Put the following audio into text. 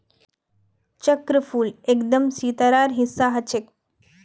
चक्रफूल एकदम सितारार हिस्सा ह छेक